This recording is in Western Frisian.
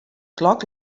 klok